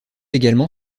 également